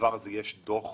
לדבר הזה יש דוח